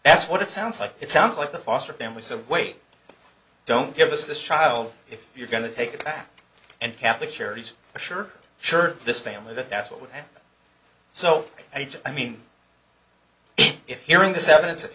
that's what it sounds like it sounds like the foster family said wait don't give us this child if you're going to take it back and catholic charities sure sure this family that that's what would so a j i mean if hearing this evidence of